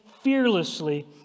fearlessly